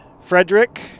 Frederick